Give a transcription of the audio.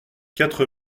quatre